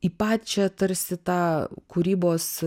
į pačią tarsi tą kūrybos